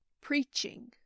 preaching